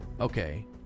okay